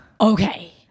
Okay